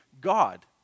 God